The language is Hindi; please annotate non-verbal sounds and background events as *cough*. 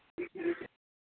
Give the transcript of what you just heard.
*unintelligible*